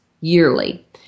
yearly